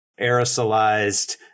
aerosolized